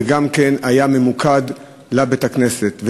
הוא היה ממוקד בבית-הכנסת.